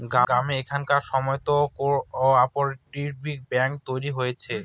গ্রামে এখনকার সময়তো কো অপারেটিভ ব্যাঙ্ক তৈরী হয়েছে